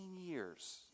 years